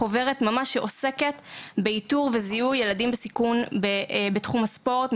חוברת ממש שעוסקת באיתור וזיהוי ילדים בסיכון בתחום הספורט,